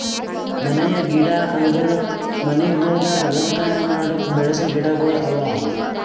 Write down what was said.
ಮನೆಯ ಗಿಡ ಅಂದುರ್ ಮನಿಗೊಳ್ದಾಗ್ ಅಲಂಕಾರ ಮಾಡುಕ್ ಬೆಳಸ ಗಿಡಗೊಳ್ ಅವಾ